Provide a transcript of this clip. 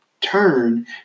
turn